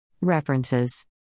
references